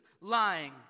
lying